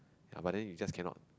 ya but then you just can not